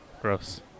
Gross